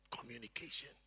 Communication